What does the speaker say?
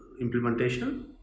implementation